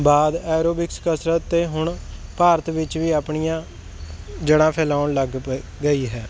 ਬਾਅਦ ਐਰੋਬਿਕਸ ਕਸਰਤ ਤਾਂ ਹੁਣ ਭਾਰਤ ਵਿੱਚ ਵੀ ਆਪਣੀਆਂ ਜੜ੍ਹਾਂ ਫੈਲਾਉਣ ਲੱਗ ਪ ਗਈ ਹੈ